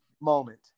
moment